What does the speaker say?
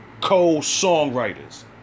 Co-songwriters